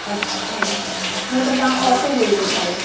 अच्छा न त तव्हां ऑटो जो ई ॿुधायो